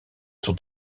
sont